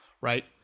right